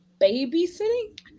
babysitting